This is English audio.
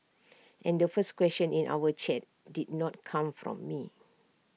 and the first question in our chat did not come from me